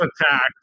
attacked